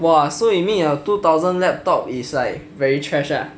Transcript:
!wah! so you mean your two thousand laptop is like very trash lah